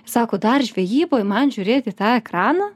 sako dar žvejyboj man žiūrėt į tą ekraną